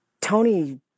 tony